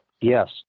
Yes